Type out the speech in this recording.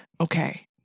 Okay